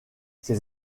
ses